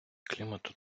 клімату